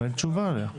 אבל אין תשובה עליה.